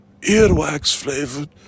earwax-flavored